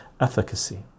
efficacy